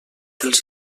els